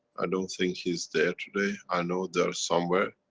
i don't think he is there today. i know they're somewhere.